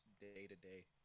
day-to-day